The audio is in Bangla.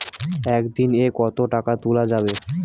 একদিন এ কতো টাকা তুলা যাবে?